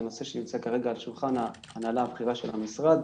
זה נושא שנמצא כרגע על שולחן ההנהלה הבכירה של המשרד,